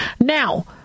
Now